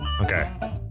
Okay